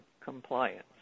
Compliance